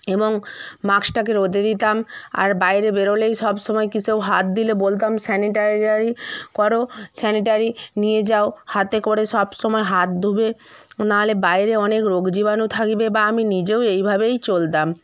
এবং মাস্কটাকে রোদে দিতাম আর বাইরে বেরোলেই সব সময় কি সব হাত দিলে বলতাম স্যানিটাইজারি করো স্যানিটারি নিয়ে যাও হাতে করে সব সময় হাত ধুবে নাহলে বাইরে অনেক রোগ জীবাণু থাকবে বা আমি নিজেও এইভাবেই চলতাম